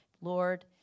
Lord